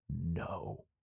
no